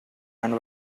and